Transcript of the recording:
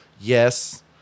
Yes